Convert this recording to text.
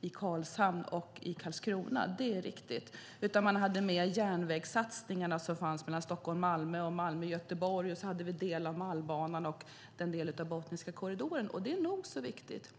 i Karlshamn och Karlskrona; det är riktigt. Man hade med järnvägssatsningarna som fanns mellan Stockholm och Malmö och mellan Malmö och Göteborg, och man hade med del av Malmbanan och del av Botniska korridoren, vilket är nog så viktigt.